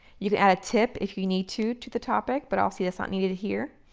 you can add a tip if you need to to the topic, but obviously it's not needed here.